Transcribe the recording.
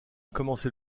commencé